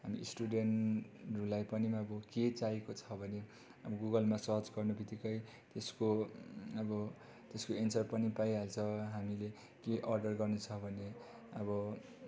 हामी स्टुडेन्टहरूलाई पनि अब के चाहिएको छ भने अब गुगलमा सर्च गर्नु बित्तिकै त्यसको अब त्यसको एन्सर पनि पाइहाल्छ हामीले केही अर्डर गर्नु छ भने अब